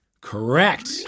correct